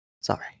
Sorry